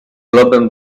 globem